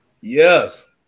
Yes